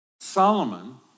Solomon